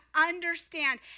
understand